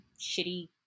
shitty